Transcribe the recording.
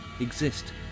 exist